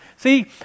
See